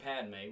Padme